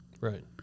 Right